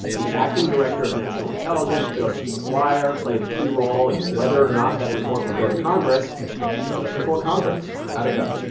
the acting director of national intelligence, joseph maguire played a key role in whether or not that report would go to congress showed up before congress. how'd it go?